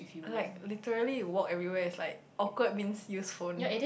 like literally you walk everywhere is like awkward means use phone